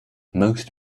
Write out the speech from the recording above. most